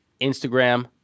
Instagram